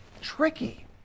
tricky